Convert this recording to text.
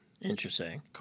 Interesting